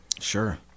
Sure